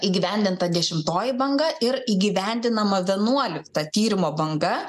įgyvendinta dešimtoji banga ir įgyvendinama vienuolikta tyrimo banga